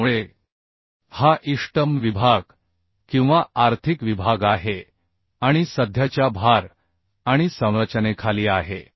त्यामुळे हा इष्टतम विभाग किंवा आर्थिक विभाग आहे आणि सध्याच्या भार आणि संरचनेखाली आहे